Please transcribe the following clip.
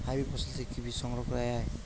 Hybrid ফসল থেকে কি বীজ সংগ্রহ করা য়ায়?